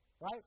right